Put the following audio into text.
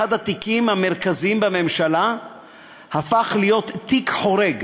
אחד התיקים המרכזיים בממשלה הפך להיות תיק חורג,